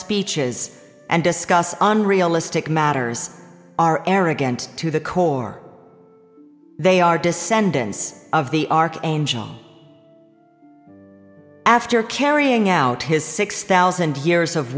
speeches and discuss on realistic matters are arrogant to the core they are descendants of the archangel after carrying out his six thousand years of